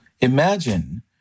imagine